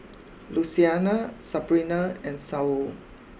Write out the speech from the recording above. Luciana Sabrina and Saul